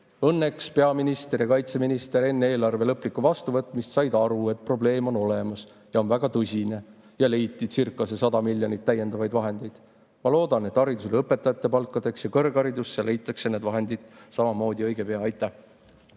Õnneks peaminister ja kaitseminister enne eelarve lõplikku vastuvõtmist said aru, et probleem on olemas – ja on väga tõsine –, ja leiti seecirca100 miljonit täiendavaid vahendeid. Ma loodan, et haridusele, õpetajate palkadeks ja kõrgharidusele leitakse need vahendid samamoodi õige pea. Aitäh!